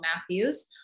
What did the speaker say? Matthews